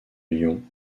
lyon